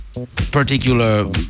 particular